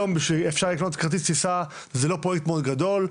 היום אפשר לקנות כרטיס טיסה זה לא פרויקט מאוד גדול,